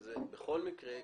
בכל מקרה,